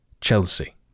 Chelsea